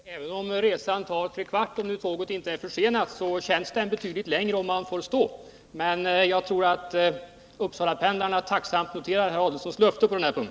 Herr talman! Även om resan tar tre kvart, om tåget inte är försenat, så känns det betydligt längre om man får stå. Men jag tror att Uppsalapendlarna tacksamt noterar herr Adelsohns löfte på denna punkt.